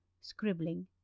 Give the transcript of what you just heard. scribbling